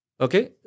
Okay